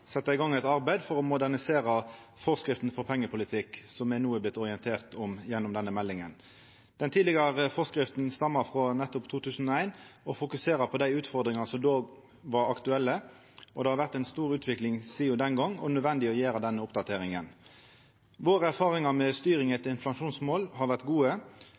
i gang eit arbeid for å modernisera forskrifta for pengepolitikk, som me no har vorte orienterte om gjennom denne meldinga. Den tidlegare forskrifta stammar frå 2001 og fokuserer på dei utfordringane som då var aktuelle. Det har vore ei stor utvikling sidan den gongen og nødvendig å gjera den oppdateringa. Våre erfaringar med styring etter inflasjonsmål har vore gode.